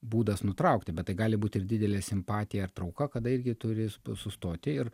būdas nutraukti bet tai gali būt ir didelė simpatija ar trauka kada irgi turi sustoti ir